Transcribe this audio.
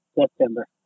September